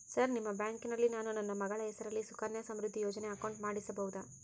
Sir ನಿಮ್ಮ ಬ್ಯಾಂಕಿನಲ್ಲಿ ನಾನು ನನ್ನ ಮಗಳ ಹೆಸರಲ್ಲಿ ಸುಕನ್ಯಾ ಸಮೃದ್ಧಿ ಯೋಜನೆ ಅಕೌಂಟ್ ಮಾಡಿಸಬಹುದಾ?